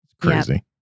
Crazy